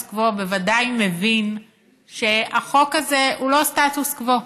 קוו בוודאי מבין שהחוק הזה הוא לא סטטוס קוו.